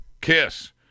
KISS